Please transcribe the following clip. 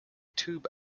tube